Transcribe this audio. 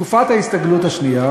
בתקופת ההסתגלות השנייה,